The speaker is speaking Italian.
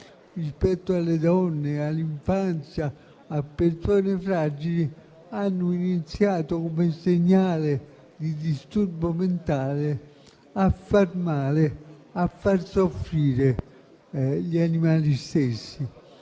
verso le donne, l'infanzia e le persone fragili, hanno iniziato, come segnale di disturbo mentale, a far male, a far soffrire gli stessi